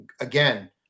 again